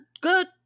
good